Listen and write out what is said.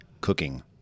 cooking